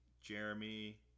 Jeremy